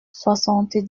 soixante